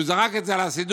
הוא זרק את זה, את הסידור.